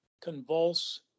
convulse